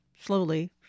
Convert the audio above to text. slowly